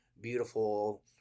beautiful